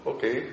Okay